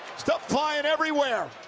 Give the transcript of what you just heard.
stuff flying everywhere.